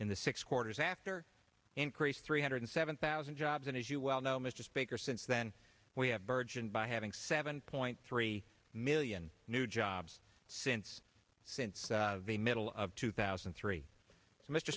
in the six quarters after increased three hundred seven thousand jobs and as you well know mr speaker since then we have burgeoned by having seven point three million new jobs since since the middle of two thousand and three